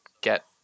get